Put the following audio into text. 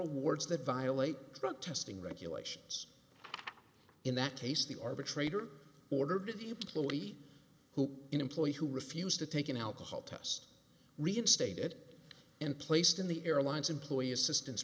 awards that violate drug testing regulations in that case the arbitrator ordered if you please who employee who refused to take an alcohol test reinstated and placed in the airlines employees assistance